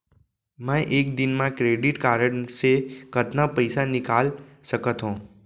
मैं एक दिन म क्रेडिट कारड से कतना पइसा निकाल सकत हो?